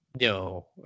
no